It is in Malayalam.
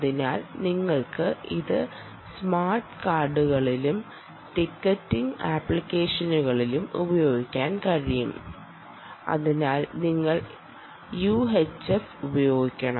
അതിനാൽ നിങ്ങൾക്ക് ഇത് സ്മാർട്ട് കാർഡുകളിലും ടിക്കറ്റിംഗ് ആപ്ലിക്കേഷനുകളിലും ഉപയോഗിക്കാൻ കഴിയും അതിനാൽ നിങ്ങൾ UHF ഉപയോഗിക്കണം